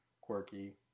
quirky